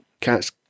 Cats